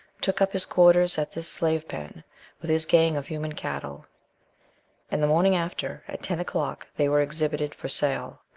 took up his quarters at this slave pen with his gang of human cattle and the morning after, at ten o'clock, they were exhibited for sale.